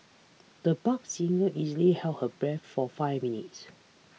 the buck singer easily held her breath for five minutes